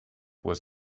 was